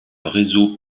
réseau